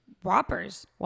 Whoppers